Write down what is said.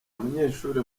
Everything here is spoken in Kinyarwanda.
munyeshuri